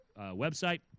website